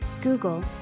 Google